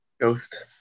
Ghost